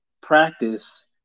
practice